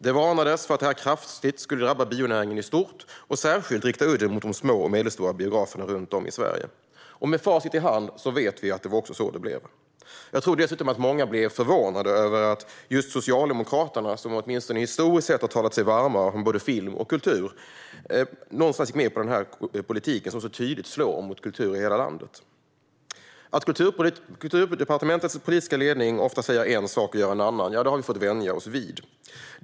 Det varnades för att detta kraftigt skulle drabba bionäringen i stort, och udden skulle särskilt riktas mot de små och medelstora biograferna runt om i Sverige. Med facit i hand vet vi att det var så det blev. Jag tror dessutom att många blev förvånade över att just Socialdemokraterna, som åtminstone historiskt sett har talat sig varma för både film och kultur, gick med på denna politik som så tydligt slår mot kultur i hela landet. Att Kulturdepartementets politiska ledning ofta säger en sak och gör en annan har vi fått vänja oss vid.